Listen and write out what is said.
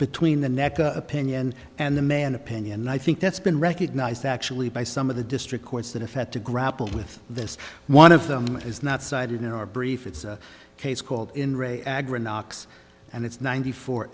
between the neck opinion and the man opinion and i think that's been recognized actually by some of the district courts that affect to grapple with this one of them is not cited in our brief it's a case called in re agra knocks and it's ninety four